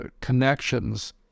connections